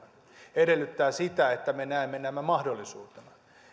edellyttää sitä että me näemme nämä mahdollisuutena